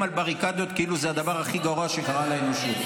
על בריקדות כאילו זה הדבר הכי גרוע שקרה לאנושות.